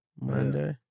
Monday